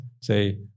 say